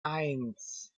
eins